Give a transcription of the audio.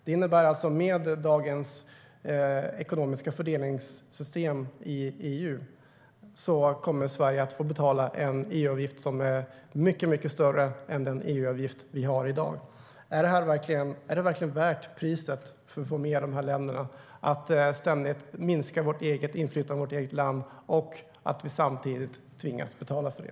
Detta medför att Sverige med dagens ekonomiska fördelningssystem i EU kommer att få betala en EU-avgift som är mycket större än den EU-avgift vi har i dag. Är det verkligen värt priset för att få med de här länderna att ständigt minska vårt eget inflytande i vårt eget land och samtidigt tvingas betala för det?